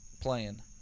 Playing